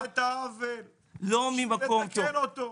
לתקן את העוול, לתקן אותו.